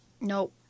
Nope